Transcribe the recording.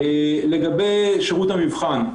לגבי שירות המבחן,